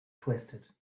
twisted